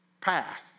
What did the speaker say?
path